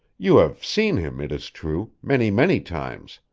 you have seen him, it is true, many, many times.